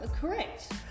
Correct